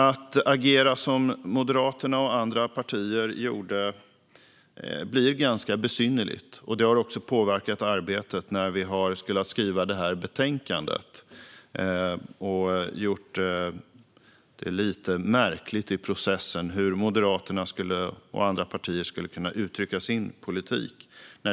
Att agera som Moderaterna och andra partier gjorde blir ganska besynnerligt, och det har också påverkat arbetet när vi skulle skriva betänkandet. Det gjorde processen lite märklig när det handlade om hur Moderaterna och andra partier skulle kunna uttrycka sin politik.